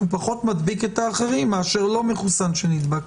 פחות מדביק אחרים מאשר לא-מחוסן שנדבק?